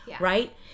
right